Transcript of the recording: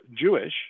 Jewish